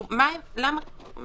זה